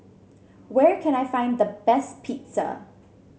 where can I find the best Pizza